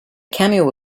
cameo